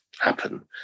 happen